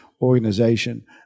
organization